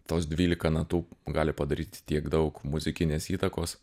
tos dvylika natų gali padaryti tiek daug muzikinės įtakos